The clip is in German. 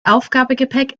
aufgabegepäck